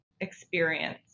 experience